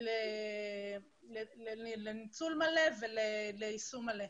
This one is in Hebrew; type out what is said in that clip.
לניצול מלא וליישום מלא.